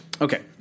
Okay